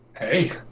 Hey